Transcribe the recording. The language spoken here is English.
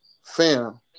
Fam